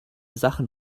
sachen